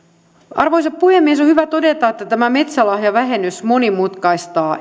arvoisa puhemies on hyvä todeta että tämä metsälahjavähennys monimutkaistaa